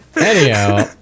Anyhow